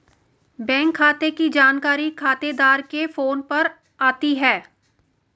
bank खाते की जानकारी खातेदार के फोन पर आती है